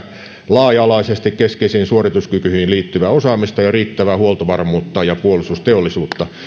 laaja alaisesti keskeisiin suorituskykyihin liittyvää osaamista ja riittävää huoltovarmuutta ja puolustusteollisuutta